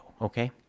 okay